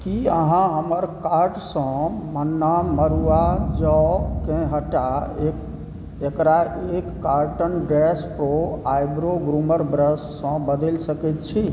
की अहाँ हमर कार्टसँ मन्ना मरूआ जौकेँ हटा एकरा एक carton dash pro eyebrow groomer ब्रशसँ बदलि सकैत छी